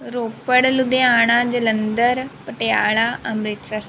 Ropar Ludhiana Jalandhar Patiala Amritsar